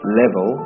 level